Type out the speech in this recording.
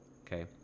okay